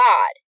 God